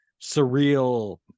surreal